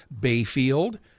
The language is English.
Bayfield